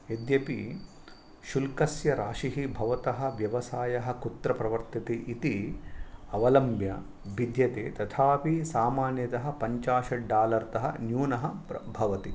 यद्यपि शुल्कस्य राशिः भवतः व्यवसायः कुत्र प्रवर्तते इति अवलम्ब्य भिद्यते तथापि सामान्यतः पञ्चाशड्डालर् तः न्यूनः भवति